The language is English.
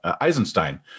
Eisenstein